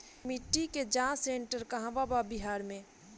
मिटी के जाच सेन्टर कहवा बा बिहार में?